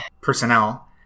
personnel